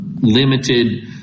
limited